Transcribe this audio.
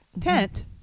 Tent